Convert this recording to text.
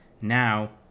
now